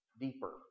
deeper